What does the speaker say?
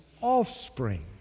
offspring